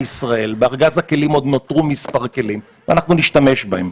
בארגז הכלים עוד נותרו מספר כלים שנוכל להשתמש בהם.